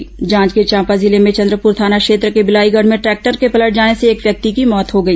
जांजगीर चांपा जिले में चंद्रपुर थाना क्षेत्र के बिलाईगढ़ में ट्रैक्टर के पलट जाने से एक व्यक्ति की मौत हो गई